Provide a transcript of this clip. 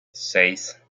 seis